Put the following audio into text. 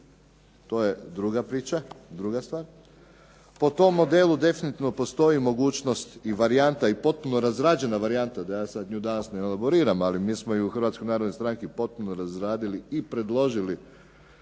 To je druga priča, druga stvar. Po tom modelu definitivno postoji mogućnost i varijanta, potpuno razrađena varijanta da ja sad danas nju ne elaboriram ali mi smo ju u Hrvatskoj narodnoj stranci potpuno razradili i predložili